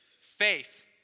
Faith